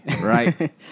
right